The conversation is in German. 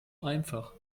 einfach